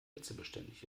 hitzebeständig